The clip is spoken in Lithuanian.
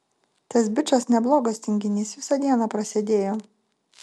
tas bičas neblogas tinginys visą dieną prasėdėjo